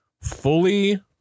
fully